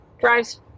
Drives